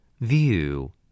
view